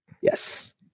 Yes